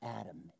Adam